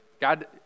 God